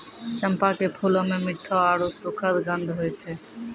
चंपा के फूलो मे मिठ्ठो आरु सुखद गंध होय छै